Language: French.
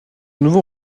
nouveau